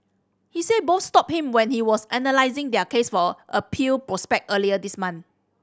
he said both stopped him when he was analysing their case for appeal prospect earlier this month